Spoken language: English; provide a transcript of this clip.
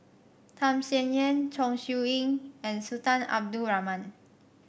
Tham Sien Yen Chong Siew Ying and Sultan Abdul Rahman